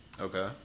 Okay